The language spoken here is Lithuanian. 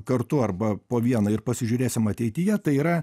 kartu arba po vieną ir pasižiūrėsim ateityje tai yra